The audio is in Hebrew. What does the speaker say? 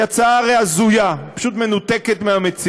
היא הרי הצעה הזויה, פשוט מנותקת מהמציאות,